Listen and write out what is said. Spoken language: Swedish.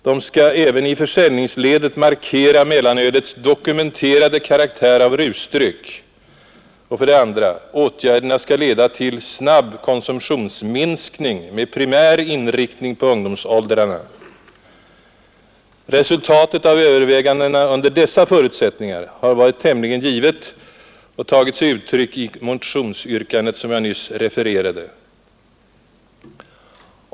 De skall även i försäljningsledet markera mellanölets dokumenterade karaktär av rusdryck. 2. Åtgärderna skall leda till snabb konsumtionsminskning med primär inriktning på ungdomsåldrarna. Resultatet av övervägandena under dessa förutsättningar har varit tämligen givet och tagit sig uttryck i det motionsyrkande som jag nyss refererade.